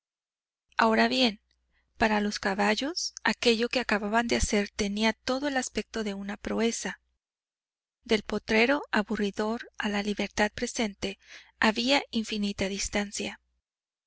ahora bien para los caballos aquello que acababan de hacer tenía todo el aspecto de una proeza del potrero aburridor a la libertad presente había infinita distancia